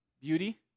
Beauty